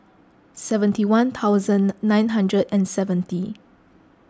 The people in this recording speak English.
seventy one thousand nine hundred and seventy